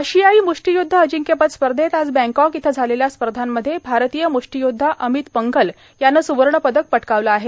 आशियाई मुष्टियुद्ध अजिंक्यपद स्पर्धेत आज बँकॉक इथं झालेल्या स्पर्धांमध्ये भारतीय मुष्टियुद्धा अमित पंघल यानं सुवर्ण पदक पटकावलं आहे